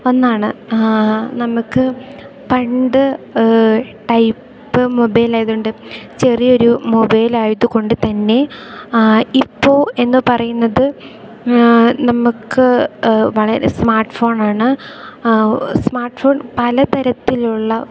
ഒന്നാണ് നമുക്ക് പണ്ട് ടൈപ്പ് മൊബൈലായതുകൊണ്ട് ചെറിയൊരു മൊബൈലായതുകൊണ്ട് തന്നെ ഇപ്പോൾ എന്നു പറയുന്നത് നമ്മൾക്ക് വളരെ സ്മാർട്ട് ഫോണാണ് സ്മാർട്ട് ഫോൺ പല തരത്തിലുള്ള